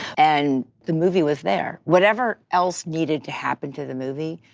and the movie was there. whatever else needed to happen to the movie,